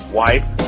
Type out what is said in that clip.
wife